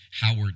Howard